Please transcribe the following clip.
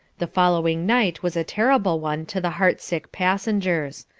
the following night was a terrible one to the heart-sick passengers.